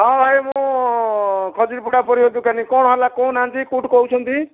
ହଁ ଭାଇ ମୁଁ ଖଜୁରୀପଡ଼ା ପରିବା ଦୋକାନୀ କଣ ହେଲା କହୁନାହାନ୍ତି କେଉଁଠୁ କହୁଛନ୍ତି